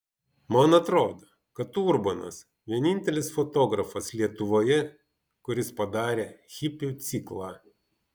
man atrodo kad urbonas vienintelis fotografas lietuvoje kuris padarė hipių ciklą